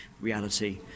reality